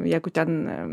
jeigu ten